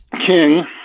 King